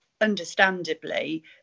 understandably